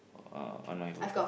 uh on my photo